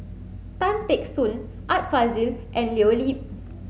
Tan Teck Soon Art Fazil and Leo Yip